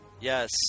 Yes